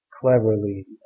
cleverly